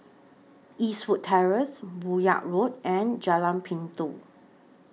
Eastwood Terrace Buyong Road and Jalan Pintau